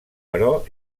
però